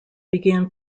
began